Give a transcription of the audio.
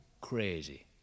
Crazy